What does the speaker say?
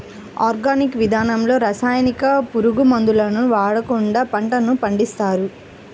organic విధానంలో రసాయనిక, పురుగు మందులను వాడకుండా పంటలను పండిస్తారు